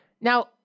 now